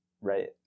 Right